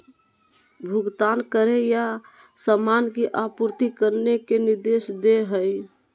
भुगतान करे या सामान की आपूर्ति करने के निर्देश दे हइ